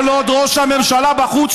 כל עוד ראש הממשלה בחוץ,